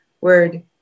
word